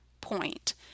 point